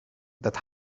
that